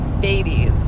babies